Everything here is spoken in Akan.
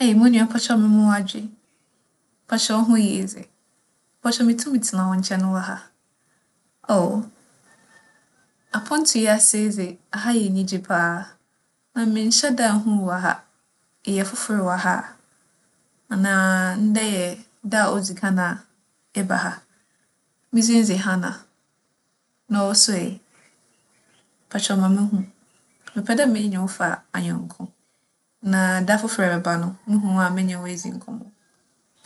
Ei, mo nua mepa wo kyɛw mema wo adwe. Mepa wo kyɛw, wo ho ye dze? Mepa wo kyɛw, mutum tsena wo nkyɛn wͻ ha? Aw, aponto yi ase dze, ha yɛ enyigye paa na mennhyɛ da nnhu wo wͻ ha. Eyɛ fofor wͻ ha? Anaa ndɛ yɛ da a odzi kan a ereba ha? Me dzin dze Hannah, na ͻwo so ɛ? Mepa wo kyɛw, ma munhu. Mepɛ dɛ menye wo fa anyɛnko na da fofor a ebɛba no, muhu wo a menye wo edzi nkͻmbͻ.